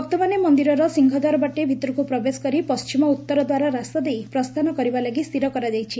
ଭକ୍ତମାନେ ମନ୍ଦିରର ସିଂହଦ୍ୱାର ବାଟେ ଭିତରକୁ ପ୍ରବେଶ କରି ପଣ୍କିମ ଓ ଉତ୍ତର ଦ୍ୱାର ରାସ୍ତାଦେଇ ପ୍ରସ୍ଚାନ କରିବାଲାଗି ସ୍ତିର କରାଯାଇଛି